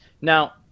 Now